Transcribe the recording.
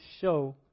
show